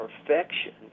perfection